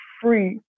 free